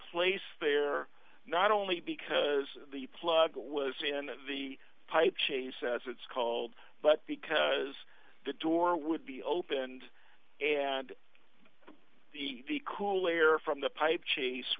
placed there not only because the plug was in the pipe chase as it's called but because the door would be opened and the cool air from the pipe chase